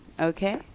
Okay